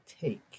take